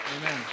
Amen